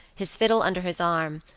his fiddle under his arm,